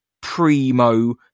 primo